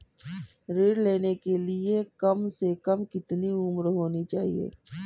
ऋण लेने के लिए कम से कम कितनी उम्र होनी चाहिए?